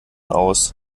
aus